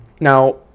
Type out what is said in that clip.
now